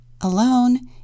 Alone